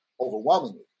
overwhelmingly